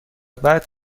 بعد